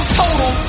total